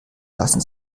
lassen